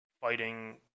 fighting